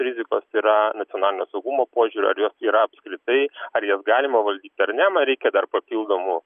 rizikos yra nacionalinio saugumo požiūriu ar jos yra apskritai ar jas galima valdyti ar ne man reikia dar papildomų